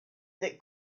that